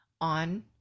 on